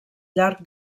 llarg